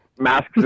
Masks